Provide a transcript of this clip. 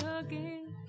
again